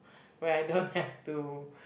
where I don't have to